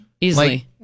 Easily